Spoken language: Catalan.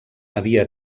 havia